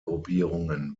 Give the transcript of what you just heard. gruppierungen